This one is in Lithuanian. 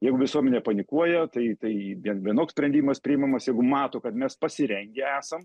jeigu visuomenė panikuoja tai tai vien vienoks sprendimas priimamas jeigu mato kad mes pasirengę esam